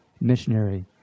missionary